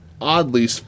oddly